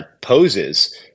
poses